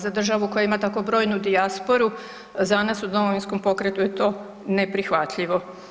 Za državu koja ima tako brojnu dijasporu za nas u Domovinskom pokretu je to neprihvatljivo.